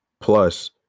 Plus